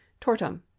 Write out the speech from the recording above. tortum